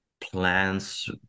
plans